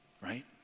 right